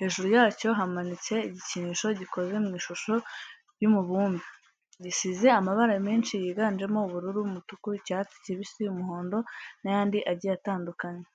hejuru yacyo hamanitse igikinisho gikoze mu ishusho y'umubumbe. Gisize amabara menshi yiganjemo ubururu, umutuku, icyatsi kibisi, umuhondo n'ayandi agiye atandukanye.